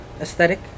aesthetic